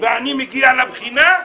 ואני מגיע לבחינה,